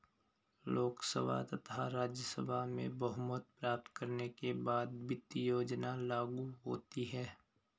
लोकसभा तथा राज्यसभा में बहुमत प्राप्त करने के बाद वित्त योजना लागू होती है